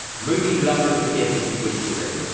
movie you loved as a kid that you wish you were in?